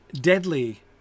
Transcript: Deadly